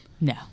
no